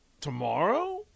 tomorrow